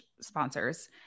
sponsors